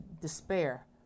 despair